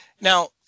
Now